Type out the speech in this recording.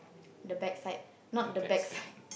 the bad side not the back side